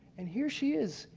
and here she is,